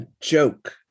joke